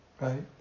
Right